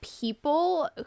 people